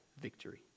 victory